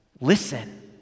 Listen